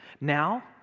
Now